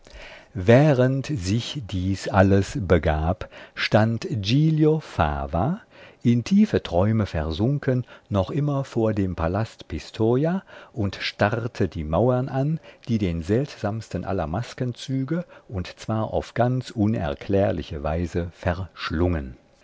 während sich dies alles begab stand giglio fava in tiefe träume versunken noch immer vor dem palast pistoja und starrte die mauern an die den seltsamsten aller maskenzüge und zwar auf ganz unerklärliche weise verschlungen